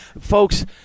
folks